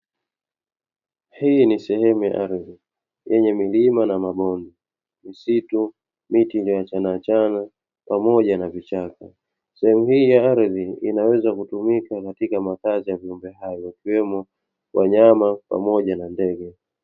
Hii ni sehemu ya ardhi yenye milima na mabonde, misitu, miti iliyo achanaachana pamoja na vichaka. Sehemu hii ya ardhi inaweza kutumika katika makazi ya viumbe hai ikiwemo wanyama pamoja na ndege.